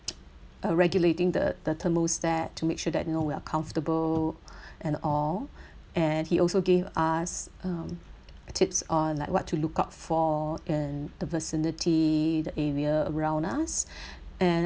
uh regulating the the thermostat to make sure that you know we are comfortable and all and he also gave us um tips on like what to look out for in the vicinity the area around us and